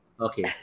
okay